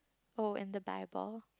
oh and the bible